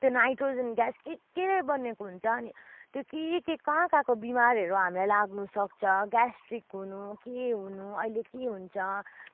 त्यो nitrogen gas के केले बनेको हुन्छ अनि त्यो के के कहाँ कहाँको बिमारहरू हामीलाई लाग्नु सक्छ मान्छेहरूलाई ग्यास्ट्रिक हुनु के हुनु अहिले के हुन्छ